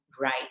right